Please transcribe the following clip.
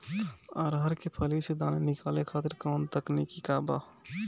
अरहर के फली से दाना निकाले खातिर कवन तकनीक बा का?